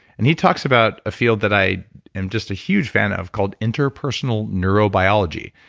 and he talks about a field that i am just a huge fan of called interpersonal neurobiology,